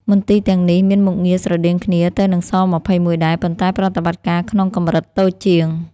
មន្ទីរទាំងនេះមានមុខងារស្រដៀងគ្នាទៅនឹង ស-២១ ដែរ ប៉ុន្តែប្រតិបត្តិការក្នុងកម្រិតតូចជាង។